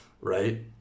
right